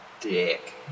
dick